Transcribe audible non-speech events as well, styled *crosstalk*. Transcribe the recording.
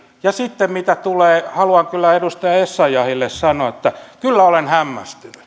ja sitten haluan kyllä edustaja essayahille sanoa että kyllä olen hämmästynyt *unintelligible*